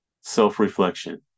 Self-reflection